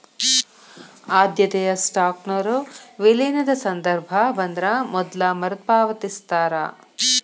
ಆದ್ಯತೆಯ ಸ್ಟಾಕ್ನೊರ ವಿಲೇನದ ಸಂದರ್ಭ ಬಂದ್ರ ಮೊದ್ಲ ಮರುಪಾವತಿಸ್ತಾರ